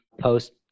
post